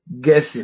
guessing